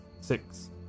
six